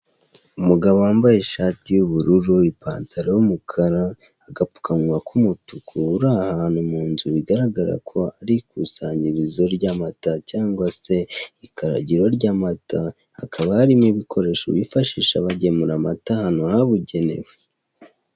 Umugabo wambaye ishati y'ubururu ipantalo y'umukara agapfukamunwa k'umutuku uri ahantu mu nzu bigaragara ko ari ikusanyirizo ry'amata cyangwa se ikaragiro ry'amata hakaba hari n'ibikoresho bifashisha bagemura amata ahantu habugenewe.